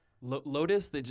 Lotus